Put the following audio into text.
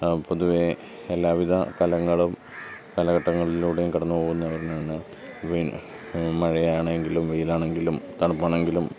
പൊതുവേ എല്ലാവിധ കലങ്ങളും കാലഘട്ടങ്ങളിലൂടെയും കടന്നു പോകുന്ന ഒന്നാണ് പിന്നെ മഴയാണെങ്കിലും വെയിലാണെങ്കിലും തണുപ്പാണെങ്കിലും